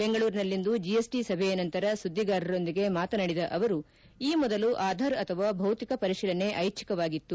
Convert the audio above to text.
ಬೆಂಗಳೂರಿನಲ್ಲಿಂದು ಜಿಎಸ್ಟಿ ಸಭೆ ನಂತರ ಸುದ್ದಿಗಾರರೊಂದಿಗೆ ಮಾತನಾಡಿದ ಅವರು ಈ ಮೊದಲು ಆಧಾರ್ ಅಥವಾ ಭೌತಿಕ ಪರಿಶೀಲನೆ ಐಜ್ಞಿಕವಾಗಿತ್ತು